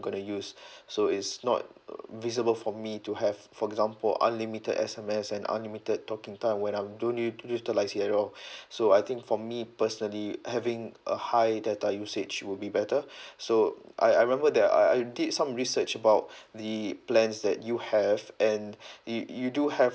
gonna use so it's not uh feasible for me to have for example unlimited S_M_S and unlimited talking time when I'm don't need to utilise it at all so I think for me personally having a high data usage would be better so I I remember that I I did some research about the plans that you have and you you do have